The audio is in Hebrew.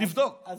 כל נושא.